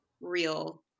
real